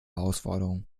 herausforderung